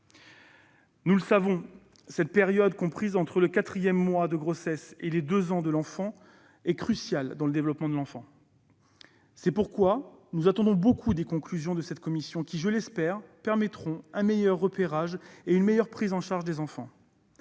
Nous le savons, cette période comprise entre le quatrième mois de grossesse et l'âge de 2 ans est cruciale pour le développement de l'enfant. C'est pourquoi nous attendons beaucoup des conclusions de cette commission, qui, je l'espère, permettront un meilleur repérage et une meilleure prise en charge des enfants.